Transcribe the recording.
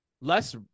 less